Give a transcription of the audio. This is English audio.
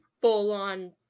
full-on